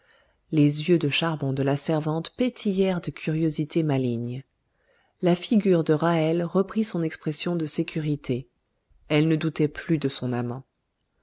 les yeux de charbon de la servante pétillèrent de curiosité maligne la figure de ra'hel reprit son expression de sécurité elle ne doutait plus de son amant